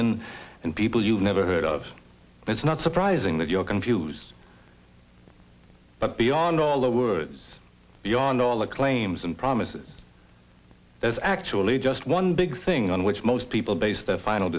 in and people you've never heard of it's not surprising that you're confused but beyond all the words beyond all the claims and promises there's actually just one big thing on which most people base their final